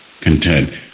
content